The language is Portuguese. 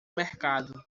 mercado